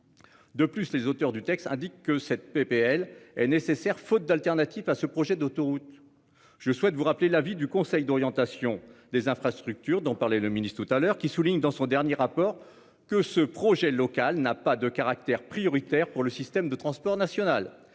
De plus, les auteurs du texte indique que cette PPL est nécessaire, faute d'alternative à ce projet d'autoroute. Je souhaite vous rappeler l'avis du conseil d'orientation des infrastructures dont parlait le Ministre tout à l'heure, qui souligne dans son dernier rapport que ce projet local n'a pas de caractère prioritaire pour le système de transport national